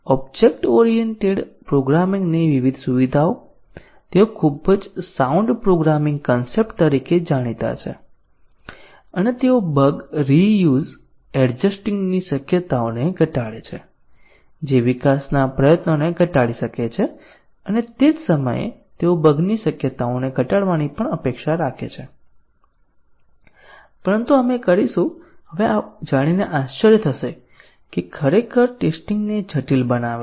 object oriented પ્રોગ્રામિંગની વિવિધ સુવિધાઓ તેઓ ખૂબ જ સાઉન્ડ પ્રોગ્રામિંગ કન્સેપ્ટ તરીકે જાણીતા છે અને તેઓ બગ રિયુઝ એડજસ્ટિંગની શક્યતાઓને ઘટાડે છે જે વિકાસના પ્રયત્નોને ઘટાડી શકે છે અને તે જ સમયે તેઓ બગની શક્યતાઓને ઘટાડવાની પણ અપેક્ષા રાખે છે પરંતુ આપણે કરીશું હવે જાણીને આશ્ચર્ય થશે કે ખરેખર ટેસ્ટીંગ ને જટિલ બનાવે છે